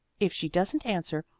if she doesn't answer,